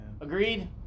Agreed